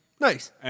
Nice